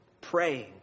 Praying